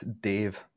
Dave